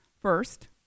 First